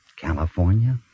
California